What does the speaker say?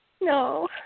No